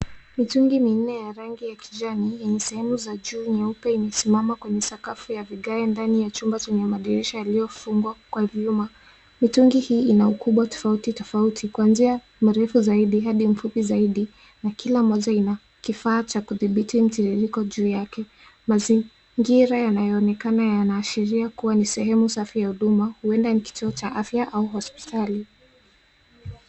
Mitungi minne ya rangi ya kijani, yenye sehemu za juu nyeupe imesimama kwenye sakafu ya vigae ndani ya chumba chenye madirisha yaliyofungwa kwa vyuma. Mitungi hii ina ukubwa tofauti tofauti kuanzia mrefu zaidi hadi mfupi zaidi, na kila moja ina kifaa cha kudhibiti mtiririko juu yake. Mazingira yanayoonekana yanaashiria kuwa ni sehemu safi ya huduma, huenda ni kituo cha afya au hospitali.